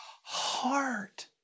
heart